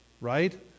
right